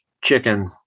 chicken